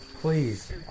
Please